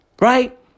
Right